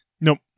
Nope